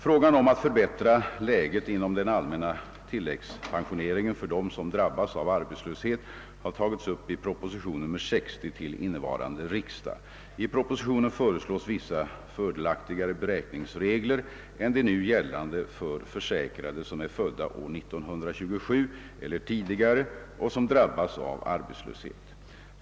Frågan om att förbättra läget inom den allmänna = tilläggspensioneringen för dem som drabbas av arbetslöshet har tagits upp i proposition nr 60 till innevarande riksdag. I propositionen föreslås vissa fördelaktigare beräkningsregler än de nu gällande för försäkrade som är födda år 1927 eller tidigare och som drabbats av arbetslöshet.